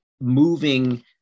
moving